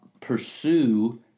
pursue –